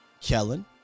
Kellen